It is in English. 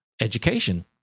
education